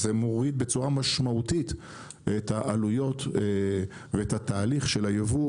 זה מוריד בצורה משמעותית את העלויות ואת התהליך של הייבוא,